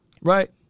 right